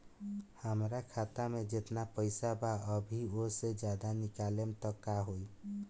हमरा खाता मे जेतना पईसा बा अभीओसे ज्यादा निकालेम त का होई?